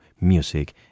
music